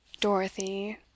Dorothy